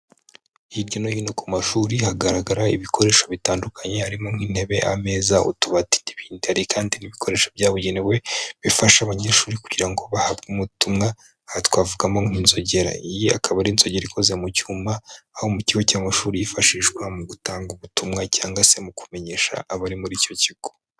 Hirya no hino ku mashuri, hagaragara ibikoresho bitandukanye harimo nk'intebe, ameza, utubati, n'ibindi. Hari kandi ibikoresho byabugenewe bifasha abanyeshuri kugira ngo bahabwe ubutumwa, aha twavugamo nk'inzogera. Iyi akaba ari inzogera ikoze mu cyuma, aho mu kigo cy'amashuri yifashishwa mu gutanga ubutumwa cyangwa se mu kumenyesha abari muri icyo kigo.